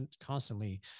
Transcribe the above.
constantly